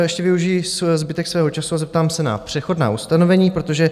Ještě využiji zbytek svého času a zeptám se na přechodná ustanovení, protože...